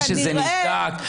בלי שזה נבדק?